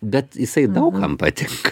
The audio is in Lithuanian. bet jisai daug kam patinka